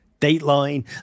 Dateline